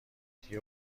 دیگه